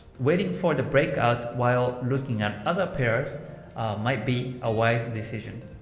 waiting for the breakout while looking at other pairs might be a wise decision.